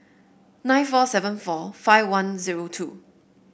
nine four seven four five one zero two